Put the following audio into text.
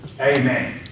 Amen